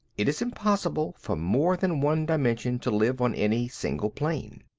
it is impossible for more than one dimension to live on any single plane.